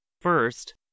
First